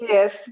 Yes